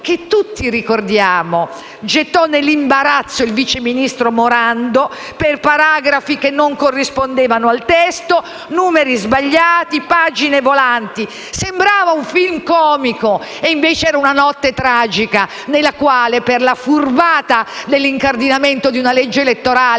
che - tutti ricordiamo - gettò nell'imbarazzo il vice ministro Morando per paragrafi che non corrispondevano al testo, numeri sbagliati, pagine volanti. Sembrava un film comico, e invece era una notte tragica nella quale, per la furbata dell'incardinamento di una legge elettorale